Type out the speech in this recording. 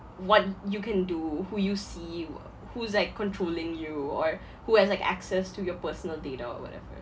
what you can do who you see who's that controlling you or who has like access to your personal data or whatever